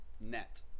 net